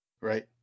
Right